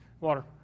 water